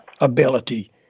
ability